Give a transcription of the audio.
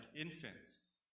infants